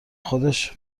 خودش